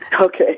Okay